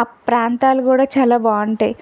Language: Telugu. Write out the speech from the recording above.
ఆ ప్రాంతాలు కూడా చాలా బాగుంటాయి